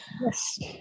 Yes